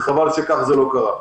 וחבל שזה לא קרה כך.